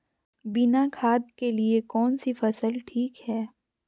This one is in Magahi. बिना खाद के लिए कौन सी फसल ठीक है?